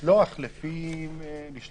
לשלוח אליהם לפי הרשימה.